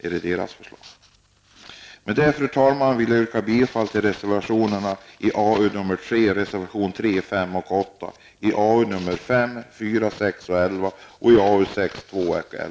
Med detta, fru talman, vill jag yrka bifall till reservationerna 3, 5 och 8 till arbetsmarknadsutskottets betänkande AU3, reservationerna 4, 6 och 11 till betänkandet AU5